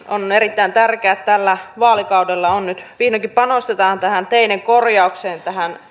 on erittäin tärkeää että tällä vaalikaudella nyt vihdoinkin panostetaan tähän teiden korjaukseen tähän